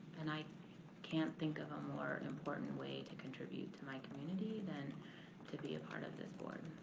and i can't think of a more important way to contribute to my community than to be a part of this board.